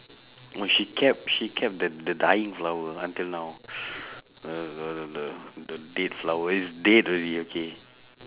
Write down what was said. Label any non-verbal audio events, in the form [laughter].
when she kept she kept the the dying flower until now [breath] uh the the dead flower is dead already okay